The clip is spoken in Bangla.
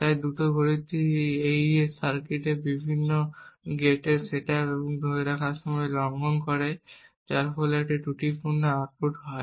তাই এই দ্রুত ঘড়িটি এই AES সার্কিটের বিভিন্ন গেটের সেটআপ এবং ধরে রাখার সময় লঙ্ঘন করে যার ফলে একটি ত্রুটিপূর্ণ আউটপুট হয়